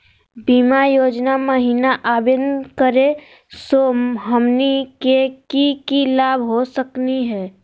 बीमा योजना महिना आवेदन करै स हमनी के की की लाभ हो सकनी हे?